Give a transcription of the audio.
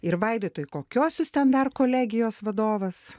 ir vaidotai kokios jūs ten dar kolegijos vadovas